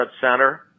center